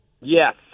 Yes